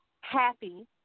happy